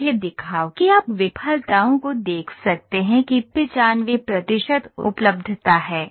मुझे दिखाओ कि आप विफलताओं को देख सकते हैं कि 95 प्रतिशत उपलब्धता है